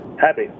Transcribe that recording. Happy